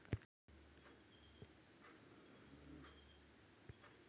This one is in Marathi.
आपल्या खात्यातले पैसे कशे चेक करुचे?